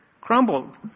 crumbled